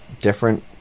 different